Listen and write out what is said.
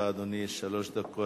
בבקשה, אדוני, שלוש דקות